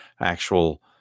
actual